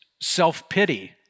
self-pity